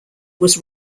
was